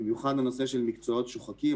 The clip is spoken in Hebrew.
במיוחד הנושא של מקצועות שוחקים,